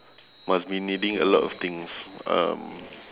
must be needing a lot of things um